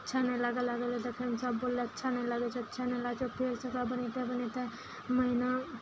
अच्छा नहि लागलय देखयमे सभ बोलले अच्छा नहि लागय छै अच्छा नहि लागय छै फेरसँ ओकरा बनबिते बनबिते महीना